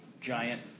giant